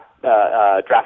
draft